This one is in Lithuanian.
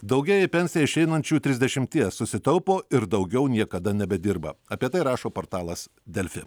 daugėja į pensiją išeinančių trisdešimties susitaupo ir daugiau niekada nebedirba apie tai rašo portalas delfi